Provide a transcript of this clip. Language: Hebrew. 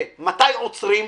נקודה אחת היא מתי עוצרים,